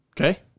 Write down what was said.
Okay